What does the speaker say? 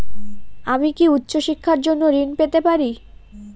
আমি কি উচ্চ শিক্ষার জন্য ঋণ পেতে পারি?